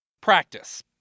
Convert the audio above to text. Practice